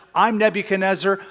i'm nebuchadnezzar.